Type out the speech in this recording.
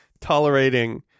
tolerating